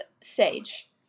sage